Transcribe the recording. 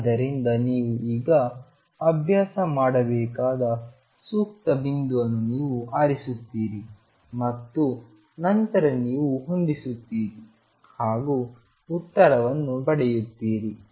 ಆದ್ದರಿಂದ ನೀವು ಈಗ ಅಭ್ಯಾಸ ಮಾಡಬೇಕಾದ ಸೂಕ್ತ ಬಿಂದುವನ್ನು ನೀವು ಆರಿಸುತ್ತೀರಿ ಮತ್ತು ನಂತರ ನೀವು ಹೊಂದಿಸುತ್ತೀರಿ ಹಾಗೂ ಉತ್ತರವನ್ನು ಪಡೆಯುತ್ತೀರಿ